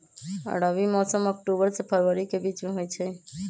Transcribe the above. रबी मौसम अक्टूबर से फ़रवरी के बीच में होई छई